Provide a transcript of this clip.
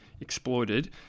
exploited